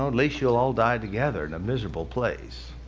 ah least you'll all die together in a miserable place.